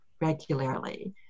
regularly